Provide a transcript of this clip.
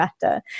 better